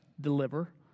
deliver